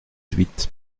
huit